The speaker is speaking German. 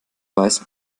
weiß